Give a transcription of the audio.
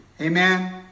Amen